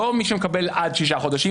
לא מי שמקבל עד שישה חדשים,